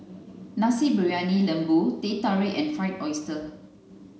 nasi briyani lembu teh tarik and fried oyster